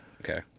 Okay